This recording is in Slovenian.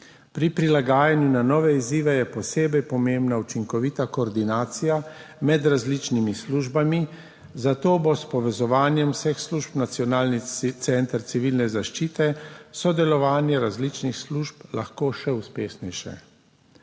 Pri prilagajanju na nove izzive je posebej pomembna učinkovita koordinacija med različnimi službami, zato bo s povezovanjem vseh služb nacionalnega centra civilne zaščite sodelovanje različnih služb lahko še uspešnejše.